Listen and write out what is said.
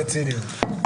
זה בציניות.